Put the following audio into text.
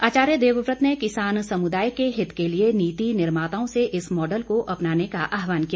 आचार्य देवव्रत ने किसान समुदाय के हित के लिए नीति निर्माताओं से इस मॉडल को अपनाने का आह्वान किया